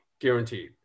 guaranteed